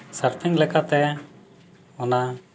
surfing ᱞᱮᱠᱟᱛᱮ ᱚᱱᱟ